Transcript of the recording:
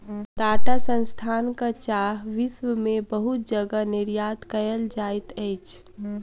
टाटा संस्थानक चाह विश्व में बहुत जगह निर्यात कयल जाइत अछि